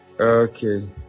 Okay